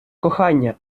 кохання